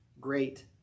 great